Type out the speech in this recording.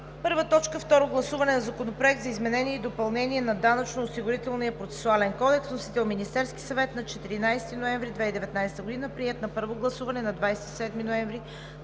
събрание: „1. Второ гласуване на Законопроекта за изменение и допълнение на Данъчно-осигурителния процесуален кодекс. Вносител е Министерският съвет на 14 ноември 2019 г. Приет е на първо гласуване на 27 ноември 2019 г.